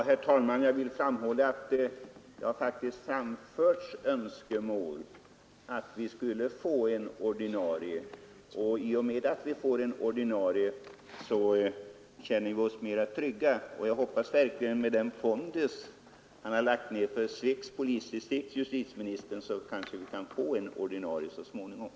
Herr talman! Jag vill framhålla att det faktiskt har framförts önskemål om att vi vill ha en ordinarie polismästartjänst i Sveg. Därmed skulle vi känna oss tryggare. Jag hoppas verkligen att justitieministern, som har uppträtt med sådan pondus när det gäller Svegs polisdistrikt, kan se till att vi så småningom får en ordinarie tjänst där.